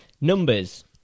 Numbers